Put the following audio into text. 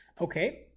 Okay